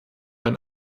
ein